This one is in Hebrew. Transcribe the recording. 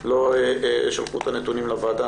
לא שלחו את הנתונים לוועדה,